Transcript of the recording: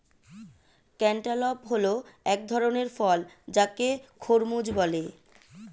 cantaloupe হল এক ধরণের ফল যাকে খরমুজ বলে